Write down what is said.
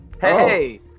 hey